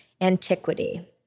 antiquity